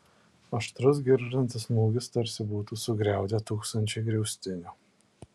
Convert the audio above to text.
aštrus girgždantis smūgis tarsi būtų sugriaudę tūkstančiai griaustinių